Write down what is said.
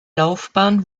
laufbahn